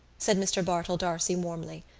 said mr. bartell d'arcy warmly.